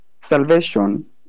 salvation